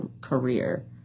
career